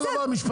איזה מצב משפטי?